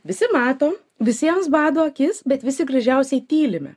visi mato visiems bado akis bet visi gražiausiai tylime